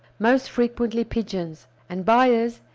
most frequently pigeons and buyers,